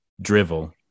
drivel